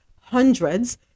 hundreds